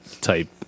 type